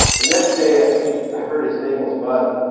the next day i think i heard his name was mud.